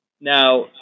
Now